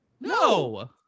No